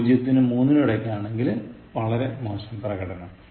പൂജ്യത്തിനും മൂന്നിനും ഇടക്കാണെങ്കിൽ വളരെ മോശം പ്രകടനം